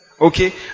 Okay